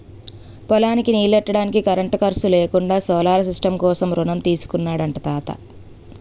పొలానికి నీల్లెట్టడానికి కరెంటు ఖర్సు లేకుండా సోలార్ సిస్టం కోసం రుణం తీసుకున్నాడట తాత